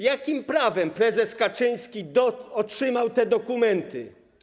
Jakim prawem prezes Kaczyński otrzymał te dokumenty?